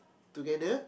together